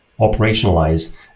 operationalize